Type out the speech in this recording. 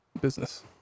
business